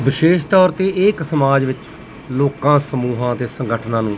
ਵਿਸ਼ੇਸ਼ ਤੌਰ 'ਤੇ ਇਹ ਇੱਕ ਸਮਾਜ ਵਿੱਚ ਲੋਕਾਂ ਸਮੂਹਾਂ ਅਤੇ ਸੰਗਠਨਾਂ ਨੂੰ